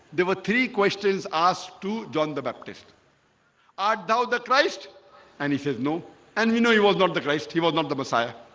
there were three questions asked to john the baptist are now the christ and he says no and he no he was not the christ. he was not the messiah